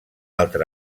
altra